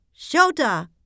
Shota